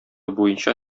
буенча